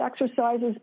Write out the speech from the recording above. exercises